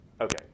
Okay